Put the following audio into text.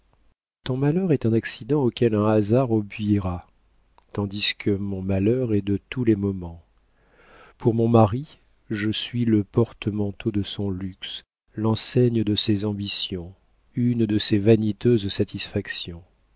ton malheur est un accident auquel un hasard obviera tandis que mon malheur est de tous les moments pour mon mari je suis le porte-manteau de son luxe l'enseigne de ses ambitions une de ses vaniteuses satisfactions